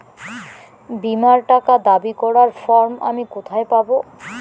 বীমার টাকা দাবি করার ফর্ম আমি কোথায় পাব?